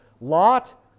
Lot